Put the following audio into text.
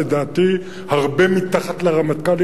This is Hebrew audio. לדעתי הרבה מתחת לרמטכ"לים,